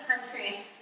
country